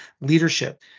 leadership